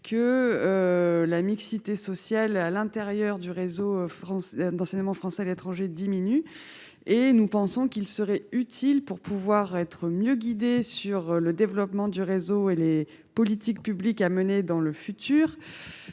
que la mixité sociale à l'intérieur du réseau France d'enseignement français à l'étranger, diminue et nous pensons qu'il serait utile pour pouvoir être mieux guidés sur le développement du réseau et les politiques publiques à mener dans le futur,